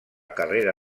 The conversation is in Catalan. carrera